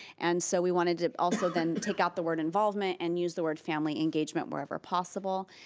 and so we wanted to also then take out the word involvement and use the word family engagement wherever possible,